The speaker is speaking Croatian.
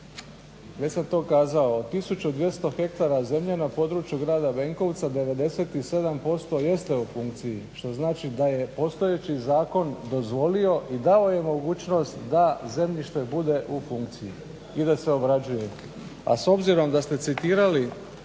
A s obzirom da ste citirali